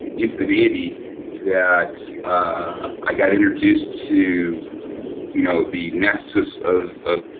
into the navy that i got introduced to you know the nexus of ah